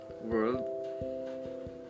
world